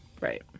Right